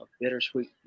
bittersweet